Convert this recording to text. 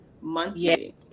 monthly